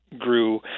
grew